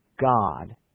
God